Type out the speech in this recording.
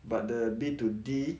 but the B two D